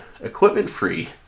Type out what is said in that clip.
equipment-free